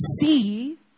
see